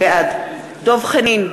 בעד דב חנין,